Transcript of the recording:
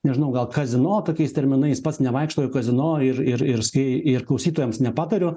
nežinau gal kazino tokiais terminais pats nevaikštau į kazino ir ir ir skai ir klausytojams nepatariu